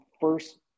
first